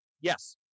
Yes